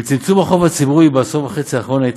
לצמצום החוב הציבורי בעשור וחצי האחרונים הייתה